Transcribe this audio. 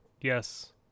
yes